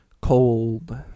cold